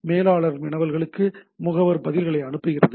மேலாளர் வினவல்களுக்கு முகவர் பதில்களை அனுப்புகிறது